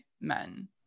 men